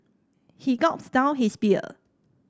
he gulped down his beer